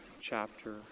chapter